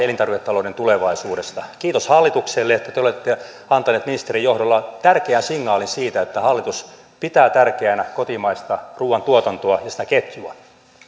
elintarviketalouden tulevaisuudesta kiitos hallitukselle että te olette antaneet ministerin johdolla tärkeän signaalin siitä että hallitus pitää tärkeänä kotimaista ruuantuotantoa ja sitä ketjua